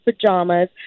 pajamas